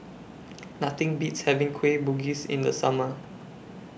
Nothing Beats having Kueh Bugis in The Summer